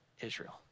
Israel